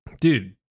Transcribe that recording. Dude